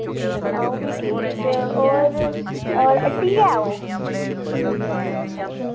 आऊं वी ठीक और और हट्टी गै ओ